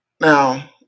now